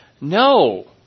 No